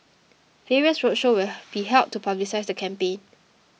various roadshows will be held to publicise the campaign